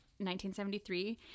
1973